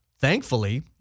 Thankfully